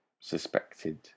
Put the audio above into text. Suspected